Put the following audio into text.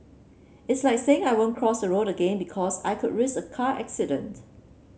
it's like saying I won't cross a road again because I could risk a car accident